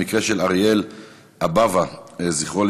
המקרה של אריאל אבאווה ז"ל,